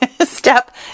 Step